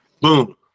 boom